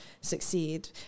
succeed